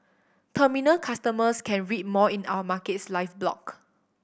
terminal customers can read more in our Markets Live blog